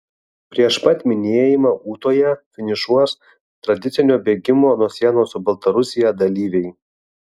prieš pat minėjimą ūtoje finišuos tradicinio bėgimo nuo sienos su baltarusija dalyviai